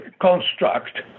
construct